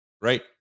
Right